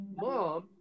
mom